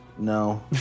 No